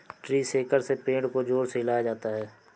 tree shaker से पेड़ को जोर से हिलाया जाता है